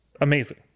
amazing